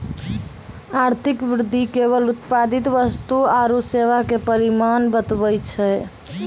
आर्थिक वृद्धि केवल उत्पादित वस्तु आरू सेवा के परिमाण बतबै छै